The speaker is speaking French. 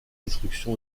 destruction